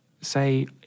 say